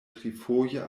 trifoje